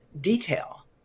detail